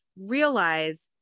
realize